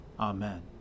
Amen